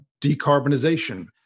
decarbonization